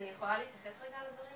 אני ילידת מושב דלתון בגליל.